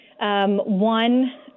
one